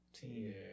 team